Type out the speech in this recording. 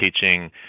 teaching